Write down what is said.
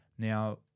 Now